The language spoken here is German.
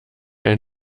ein